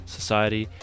society